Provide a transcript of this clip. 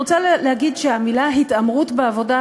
התנאי